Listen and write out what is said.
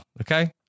Okay